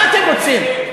מה אתם רוצים?